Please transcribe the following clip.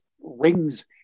rings